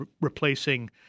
replacing